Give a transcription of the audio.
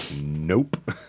nope